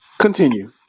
continue